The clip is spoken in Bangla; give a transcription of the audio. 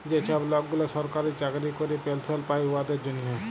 যে ছব লকগুলা সরকারি চাকরি ক্যরে পেলশল পায় উয়াদের জ্যনহে